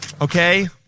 Okay